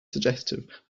suggestive